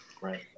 Right